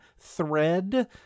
thread